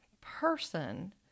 person